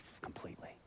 completely